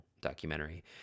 documentary